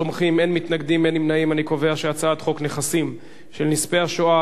ההצעה להעביר את הצעת חוק נכסים של נספי השואה